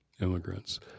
immigrants